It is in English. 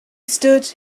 stood